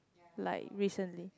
like recently